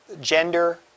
gender